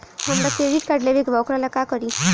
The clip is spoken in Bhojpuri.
हमरा क्रेडिट कार्ड लेवे के बा वोकरा ला का करी?